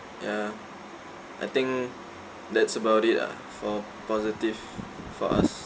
ya I think that's about it ah for positive for us